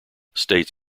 state